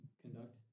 conduct